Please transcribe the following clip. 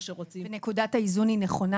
או שרוצים --- ונקודת האיזון היא נכונה